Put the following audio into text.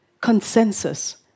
consensus